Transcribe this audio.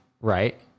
right